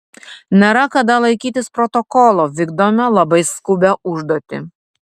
nėra kada laikytis protokolo vykdome labai skubią užduotį